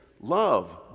love